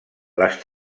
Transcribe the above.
les